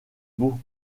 beau